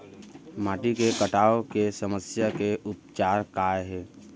माटी के कटाव के समस्या के उपचार काय हे?